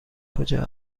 کجا